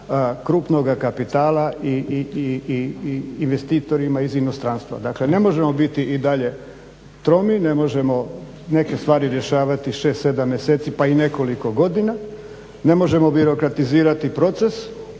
krupnoga kapitala i investitorima iz inostranstva. Dakle, ne možemo biti i dalje tromi, ne možemo neke stvari rješavati 6, 7 mjeseci pa i nekoliko godina. Ne možemo birokratizirati proces